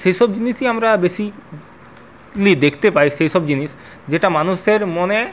সেসব জিনিসই আমরা বেশি দেখতে পাই সেইসব জিনিস যেটা মানুষের মনে